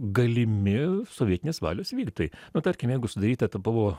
galimi sovietinės valios vykdytojai na tarkim jeigu sudaryta ta buvo